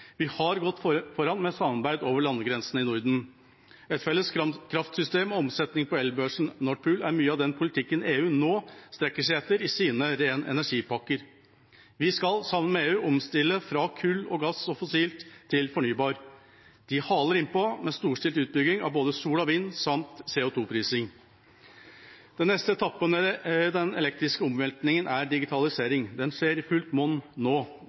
Vi har gått foran, med samarbeid over landegrensene i Norden. Et felles kraftsystem og omsetning på el-børsen Nord Pool er mye av den politikken EU nå strekker seg etter i sine ren energi-pakker. Vi skal, sammen med EU, omstille fra kull og gass og fossilt til fornybar. De haler innpå med storstilt utbygging av både sol og vind samt CO 2 -prising. Den neste etappen i den elektriske omveltningen er digitalisering. Den skjer i fullt monn nå.